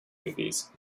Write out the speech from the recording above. movies